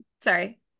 sorry